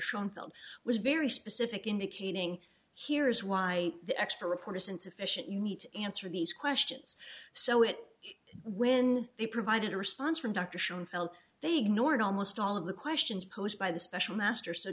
schonfeld was very specific indicating here is why the expert reporters insufficient you need to answer these questions so it when they provided a response from dr sherman fell they ignored almost all of the questions posed by the special master so